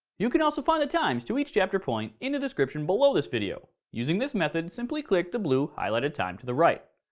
you can also find the times to each chapter point in the description below this video. using this method, simply click the blue highlighted time to the right.